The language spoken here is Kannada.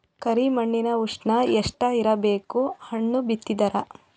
ಕರಿ ಮಣ್ಣಿನ ಉಷ್ಣ ಎಷ್ಟ ಇರಬೇಕು ಹಣ್ಣು ಬಿತ್ತಿದರ?